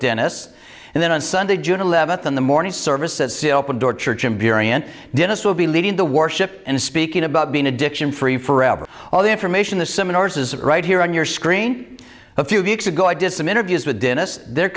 dennis and then on sunday june eleventh in the morning service as it opened or church in period dennis will be leading the worship and speaking about being addiction free forever all the information the seminars is that right here on your screen a few weeks ago i did some interviews with dennis the